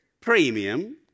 premium